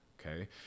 Okay